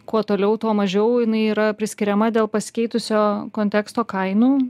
kuo toliau tuo mažiau jinai yra priskiriama dėl pasikeitusio konteksto kainų